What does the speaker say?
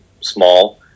small